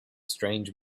strange